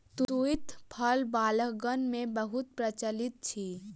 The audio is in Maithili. तूईत फल बालकगण मे बहुत प्रचलित अछि